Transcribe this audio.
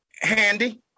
Handy